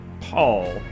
Paul